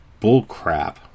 bullcrap